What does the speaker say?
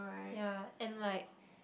ya and like